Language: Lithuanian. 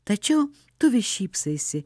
tačiau tu šypsaisi